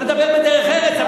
צריך לדבר בדרך ארץ,